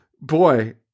Boy